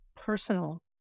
personal